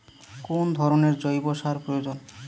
কোন ধরণের জৈব সার প্রয়োজন?